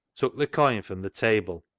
took the coin from the table,